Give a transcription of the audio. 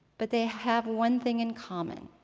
but they have one thing in common